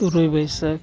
ᱛᱩᱨᱩᱭ ᱵᱟᱹᱭᱥᱟᱹᱠᱷ